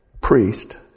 priest